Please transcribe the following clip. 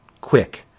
quick